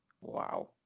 Wow